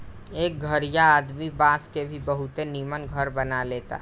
एह घरीया आदमी बांस के भी बहुते निमन घर बना लेता